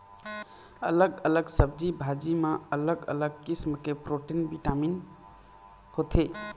अलग अलग सब्जी भाजी म अलग अलग किसम के प्रोटीन, बिटामिन होथे